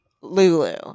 Lulu